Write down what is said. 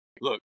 look